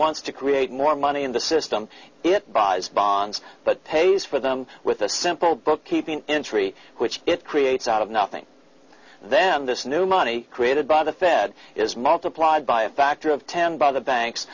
wants to create more money in the system it buys bonds but pays for them with a simple bookkeeping injury which it creates out of nothing then this new money created by the fed is multiplied by a factor of ten by the banks